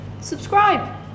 subscribe